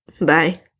Bye